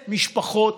1,000 משפחות,